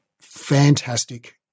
fantastic